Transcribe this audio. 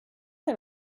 had